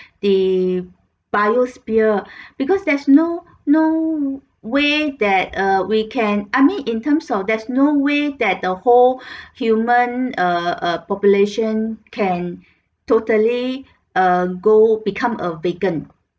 the biosphere because there's no no way that uh we can I mean in terms of there's no way that the whole human uh uh population can totally err go become a vacant